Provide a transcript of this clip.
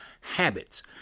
habits